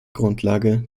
grundlage